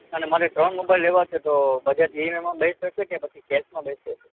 અને મારે ત્રણ મોબાઈલ લેવા છે તો બજાજ ઇ એમ આઈમાં બૅસ્ટ હશે કે પછી કૅશમાં બૅસ્ટ હશે